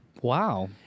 Wow